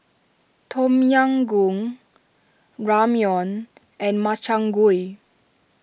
Tom Yam Goong Ramyeon and Makchang Gui